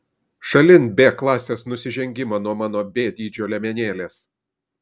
šalin b klasės nusižengimą nuo mano b dydžio liemenėlės